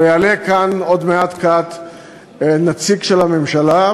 הרי יעלה כאן עוד מעט קט נציג של הממשלה,